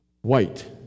white